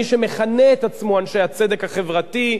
מי שמכנים את עצמם אנשי הצדק החברתי.